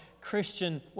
Christian